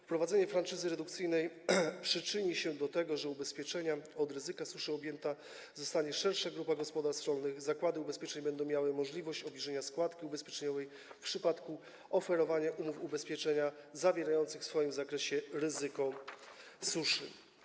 Wprowadzenie franszyzy redukcyjnej przyczyni się do tego, że ubezpieczeniem od ryzyka suszy objęta zostanie szersza grupa gospodarstw rolnych, zakłady ubezpieczeń będą miały możliwość obniżenia składki ubezpieczeniowej w przypadku oferowania umów ubezpieczenia zawierających w swoim zakresie ryzyko suszy.